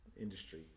industry